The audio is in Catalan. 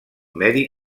medi